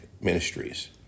Ministries